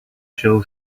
show